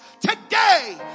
today